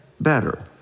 better